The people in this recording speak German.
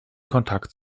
kontakt